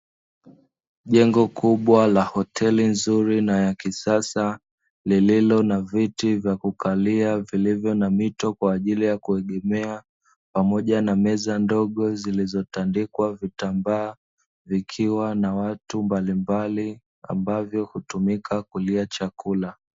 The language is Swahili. Jengo kubwa la hoteli nzuri na ya kisasa lililo na viti vya kukalia vilivyo na mito kwaajili ya kuegemea, pamoja na meza ndogo zilizotandikwa vitambaa vikiwa na watu mbalimbali ambavyo hutumika kulia chakula.